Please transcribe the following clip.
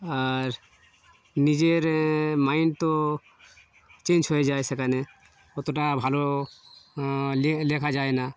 আর নিজের মাইন্ড তো চেঞ্জ হয়ে যায় সেখানে অতটা ভালো লে লেখা যায় না